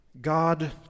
God